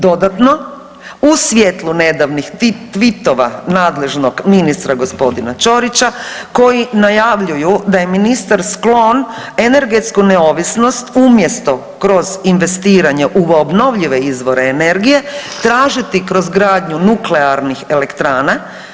Dodatno, uz svjetlu nedavnih tvitova nadležnog ministra g. Ćorića koji najavljuju da je ministar sklon energetsku neovisnost umjesto kroz investiranje u obnovljive izvore energije tražiti kroz izgradnju nuklearnih elektrana.